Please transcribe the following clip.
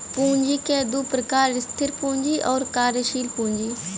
पूँजी क दू प्रकार स्थिर पूँजी आउर कार्यशील पूँजी